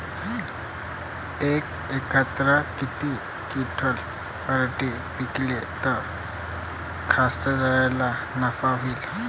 यका एकरात किती क्विंटल पराटी पिकली त कास्तकाराइले नफा होईन?